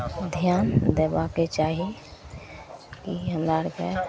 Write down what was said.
धिआन देबाके चाही हमरा आओरकेँ